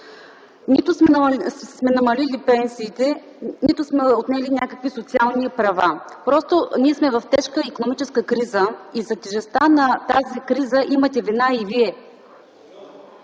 Нито сме намалили пенсиите, нито сме отнели някакви социални права! Ние сме в тежка икономическа криза и за тежестта на тази криза имате вина и Вие.